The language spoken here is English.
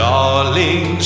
Darling